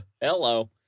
Hello